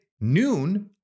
noon